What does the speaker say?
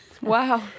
Wow